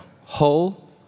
whole